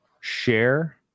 share